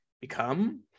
become